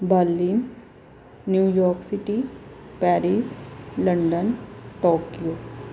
Berlin New York city Paris London Tokyo